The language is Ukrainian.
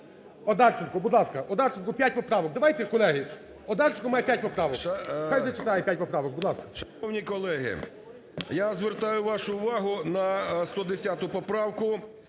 Одарченко. Будь ласка, Одарченко, п'ять поправок. Давайте, колеги, Одарченко має п'ять поправок, нехай зачитає п'ять поправок, будь ласка.